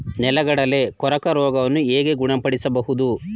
ನೆಲಗಡಲೆ ಕೊರಕ ರೋಗವನ್ನು ಹೇಗೆ ಗುಣಪಡಿಸಬಹುದು?